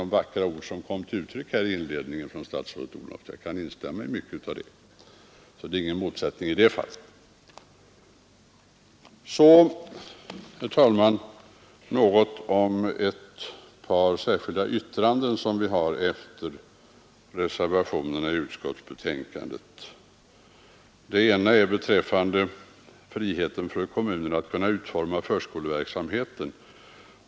Jag kan instämma i mycket av de vackra orden i statsrådet Odhnoffs inledning. Det finns alltså ingen motsättning i det här fallet. Så, herr talman, något om ett par särskilda yttranden som vi har tillfogat efter reservationerna i utskottsbetänkandet. Det ena rör friheten för kommunerna att utforma förskoleverksamheten.